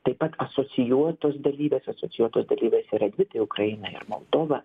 taip pat asocijuotos dalyvės asocijuotos dalyvės yra dvi tai ukraina ir moldova